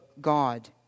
God